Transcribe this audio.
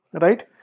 right